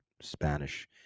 Spanish